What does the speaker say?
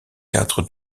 quatre